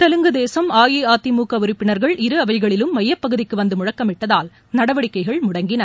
தெலுங்கு தேசம் அஇஅதிமுக உறுப்பினர்கள் இரு அவைகளிலும் மையப் பகுதிக்கு வந்து முழக்கமிட்டதால் நடவடிக்கைகள் முடங்கின